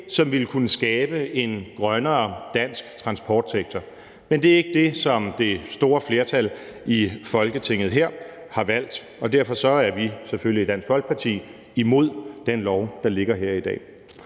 som ville kunne skabe en grønnere dansk transportsektor. Men det er ikke det, som det store flertal i Folketinget her har valgt, og derfor er vi i Dansk Folkeparti selvfølgelig imod det lovforslag, der ligger her i dag.